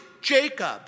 Jacob